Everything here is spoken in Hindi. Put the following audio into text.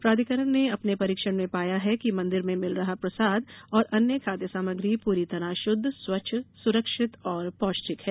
प्राधिकरण ने अपने परीक्षण में पाया है कि मंदिर में मिल रहा प्रसाद और अन्य खाद्य सामग्री पूरी तरह शुद्ध स्वच्छ सुरक्षित और पौष्टिक है